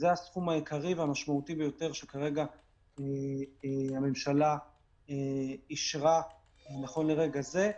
זה הסכום העיקרי והמשמעותי ביותר שהממשלה אישרה נכון לרגע זה.